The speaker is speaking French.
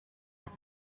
est